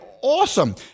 awesome